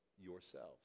yourselves